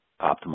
Optimal